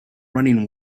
running